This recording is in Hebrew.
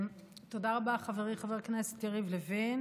תודה רבה, חברי חבר הכנסת יריב לוין.